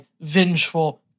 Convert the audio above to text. vengeful